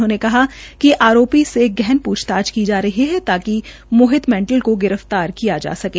उन्होंने कहा कि आरोपी से गहन प्रछताछ की जा रही ह ताकि मोहित मैंटल की गिर फ्तारी की जा सकें